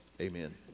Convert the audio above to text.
Amen